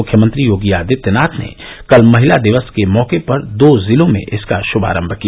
मुख्यमंत्री योगी आदित्यनाथ ने कल महिला दिवस के मौके पर दो जिलों में इसका शुभारंभ किया